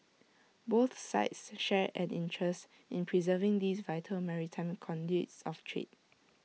both sides share an interest in preserving these vital maritime conduits of trade